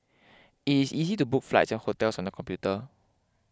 it is easy to book flights and hotels on the computer